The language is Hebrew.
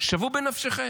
שוו בנפשכם,